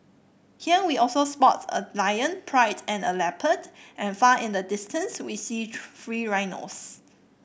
here we also spots a lion pride and a leopard and far in the distance we see free rhinos